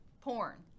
porn